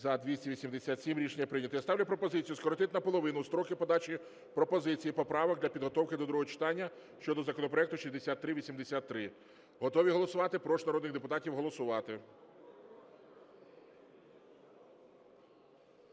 За-287 Рішення прийнято. Я ставлю пропозицію скоротити наполовину строки подачі пропозицій і поправок для підготовки до другого читання щодо законопроекту 6383. Готові голосувати? Прошу народних депутатів голосувати.